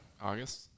August